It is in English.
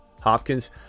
Hopkins